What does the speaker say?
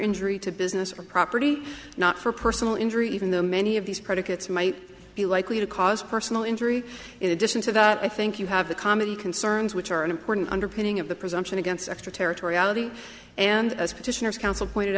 injury to business or property not for personal injury even though many of these predicates might be likely to cause personal injury in addition to that i think you have the comedy concerns which are an important underpinning of the presumption against extraterritoriality and as petitioners counsel pointed